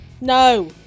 No